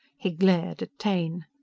he glared at taine.